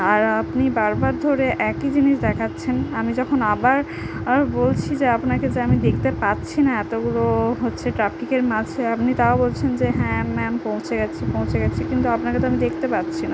আর আপনি বারবার ধরে একই জিনিস দেখাচ্ছেন আমি যখন আবার আর বলছি যে আপনাকে যে আমি দেখতে পাচ্ছি না এতোগুলো হচ্ছে ট্রাফিকের মাঝে আপনি তাও বলছেন যে হ্যাঁ ম্যাম পৌঁছে গেছি পৌঁছে গেছি কিন্তু আপনাকে তো আমি দেখতে পাচ্ছি না